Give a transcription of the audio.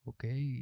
Okay